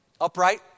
upright